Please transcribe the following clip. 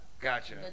Gotcha